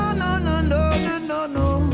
no no no no